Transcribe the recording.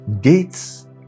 Gates